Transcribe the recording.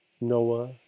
Noah